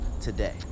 today